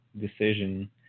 decision